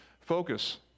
focus